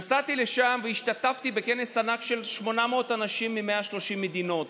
נסעתי לשם והשתתפתי בכנס ענק של 800 אנשים מ-130 מדינות.